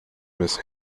mrs